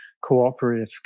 cooperative